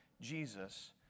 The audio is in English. Jesus